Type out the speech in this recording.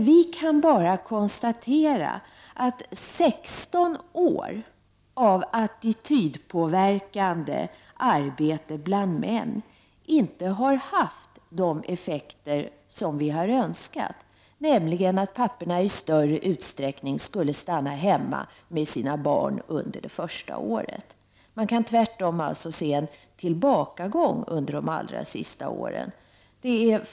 Vi kan bara konstatera att 16 år av attitydpåverkande arbete bland män inte har haft de effekter som vi har önskat, nämligen att papporna i större utsträckning skulle stanna hemma med sina barn under det första året. Man kan tvärtom se en tillbakagång under de allra senaste åren.